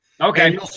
Okay